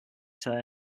term